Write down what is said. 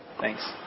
Thanks